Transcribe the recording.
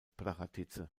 prachatice